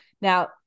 Now